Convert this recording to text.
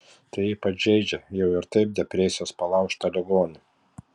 tai ypač žeidžia jau ir taip depresijos palaužtą ligonį